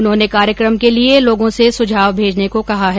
उन्होंने कार्यक्रम के लिए लोगों से सुझाव भेजने को कहा है